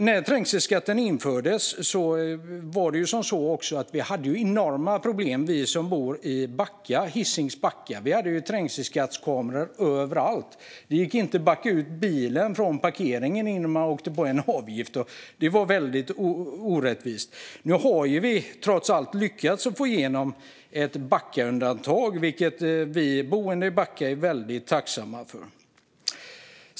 När trängselskatten infördes hade vi som bor i Hisings Backa trängselskattskameror överallt. Det gick inte att backa ut bilen från parkeringen innan man åkte på en avgift, och det var väldigt orättvist. Nu har vi trots allt lyckats få igenom ett Backaundantag, vilket vi boende i Backa är väldigt tacksamma för.